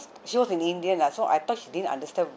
she was an indian lah so I thought she didn't understand